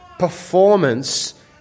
performance